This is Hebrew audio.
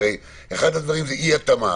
הרי אחד הדברים הוא אי התאמה.